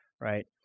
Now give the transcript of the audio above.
right